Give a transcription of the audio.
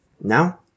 Now